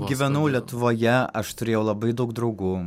gyvenau lietuvoje aš turėjau labai daug draugų